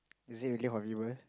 is it really horrible